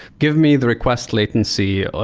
give me the request latency,